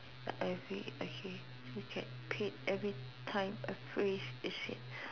I read okay you get paid everytime a phrase is said